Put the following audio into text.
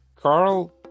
Carl